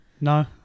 No